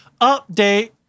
Update